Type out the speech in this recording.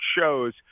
shows